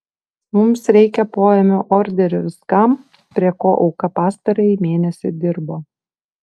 mums reikia poėmio orderio viskam prie ko auka pastarąjį mėnesį dirbo